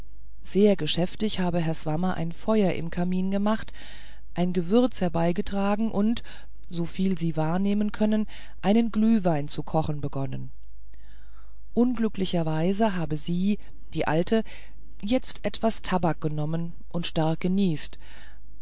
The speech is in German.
sehr geschäftig habe herr swammer ein feuer im kamin gemacht ein gewürz herbeigetragen und soviel sie wahrnehmen können einen glühwein zu kochen begonnen unglücklicherweise habe sie die alte jetzt etwas tabak genommen und stark geniest